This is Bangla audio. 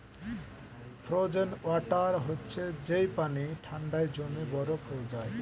ফ্রোজেন ওয়াটার হচ্ছে যেই পানি ঠান্ডায় জমে বরফ হয়ে যায়